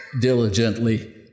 diligently